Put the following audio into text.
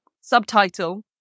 subtitle